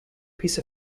piece